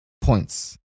points